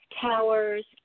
towers